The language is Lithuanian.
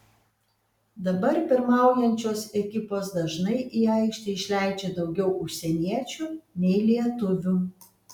dabar pirmaujančios ekipos dažnai į aikštę išleidžia daugiau užsieniečių nei lietuvių